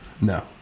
No